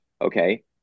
Okay